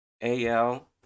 AL